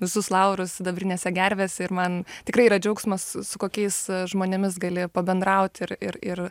visus laurus sidabrinėse gervėse ir man tikrai yra džiaugsmas su kokiais žmonėmis gali pabendrauti ir ir ir